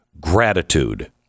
gratitude